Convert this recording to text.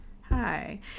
hi